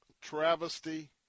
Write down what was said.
travesty